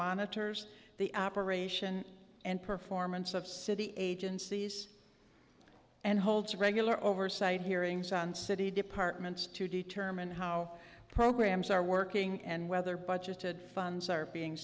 monitors the operation and performance of city agencies and holds regular oversight hearings on city departments to determine how programs are working and whether budgeted funds are being